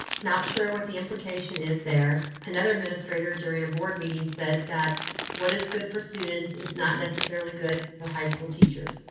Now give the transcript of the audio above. not sure what the implication is there another administrator during a board meeting said that what is good for students is not necessarily good for high school teachers.